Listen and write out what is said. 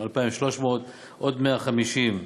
זה 2,300, עוד 150,